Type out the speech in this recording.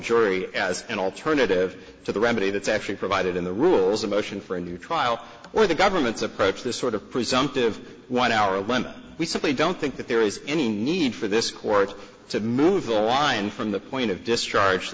jury as an alternative to the remedy that's actually provided in the rules a motion for a new trial or the government's approach this sort of presumptive one hour when we simply don't think that there is any need for this court to move the line from the point of discharge to